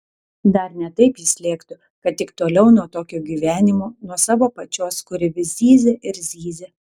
dar ne taip jis lėktų kad tik toliau nuo tokio gyvenimo nuo savo pačios kuri vis zyzia ir zyzia